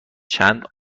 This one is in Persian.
چند